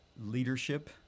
leadership